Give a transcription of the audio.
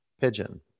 pigeon